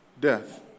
Death